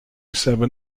seven